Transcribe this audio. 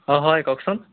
অঁ হয় কওকচোন